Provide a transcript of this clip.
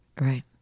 right